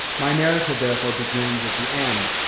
my narrative therefore begins at the end,